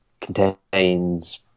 Contains